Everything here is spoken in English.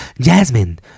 Jasmine